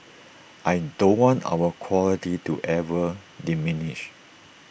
I don't want our quality to ever diminish